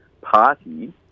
party